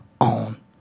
on